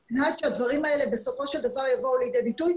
על מנת שהדברים האלה בסופו של דבר יבואו לידי ביטוי,